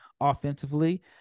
offensively